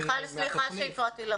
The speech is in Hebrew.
מיכל, סליחה שהפרעתי לך באמצע.